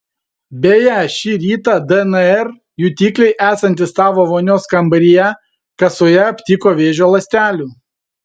beje šį rytą dnr jutikliai esantys tavo vonios kambaryje kasoje aptiko vėžio ląstelių